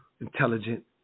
intelligent